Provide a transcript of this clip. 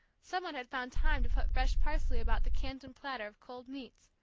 some one had found time to put fresh parsley about the canton platter of cold meats,